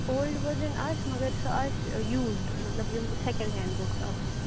old version آسہِ مگر سُہ آسہِ یوٗزٕڈ مطلب یِم سٮ۪کنٛڈ ہٮ۪نٛڈ بُکٕس آسَن